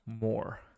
more